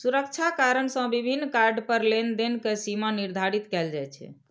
सुरक्षा कारण सं विभिन्न कार्ड पर लेनदेन के सीमा निर्धारित कैल जाइ छै